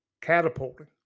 catapulting